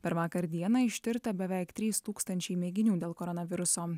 per vakar dieną ištirta beveik trys tūkstančiai mėginių dėl koronaviruso